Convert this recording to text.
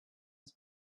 its